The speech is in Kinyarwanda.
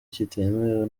kitemewe